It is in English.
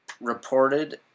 reported